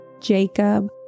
Jacob